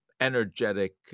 energetic